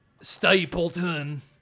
Stapleton